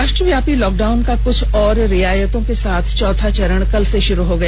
राष्ट्रव्यापी लॉकडाउन का कुछ और रियायतों के साथ चौथा चरण कल से शुरू हो गया